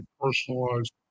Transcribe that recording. personalized